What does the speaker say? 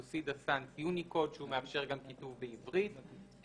ברגע שהתקנות האלה יאושרו בוועדת הכלכלה,